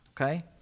Okay